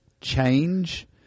change